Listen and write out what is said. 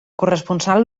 corresponsal